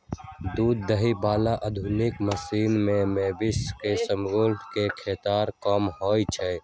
दूध दुहे बला आधुनिक मशीन से मवेशी में संक्रमण के खतरा कम होई छै